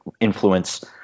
influence